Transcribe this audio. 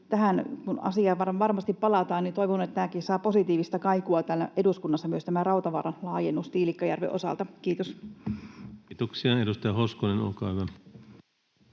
tähän asiaan varmasti palataan, niin toivon, että tämäkin saa positiivista kaikua täällä eduskunnassa, myös tämä Rautavaaran laajennus Tiilikkajärven osalta. — Kiitos. [Speech 243] Speaker: